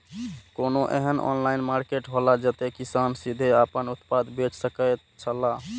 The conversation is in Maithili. कोनो एहन ऑनलाइन मार्केट हौला जते किसान सीधे आपन उत्पाद बेच सकेत छला?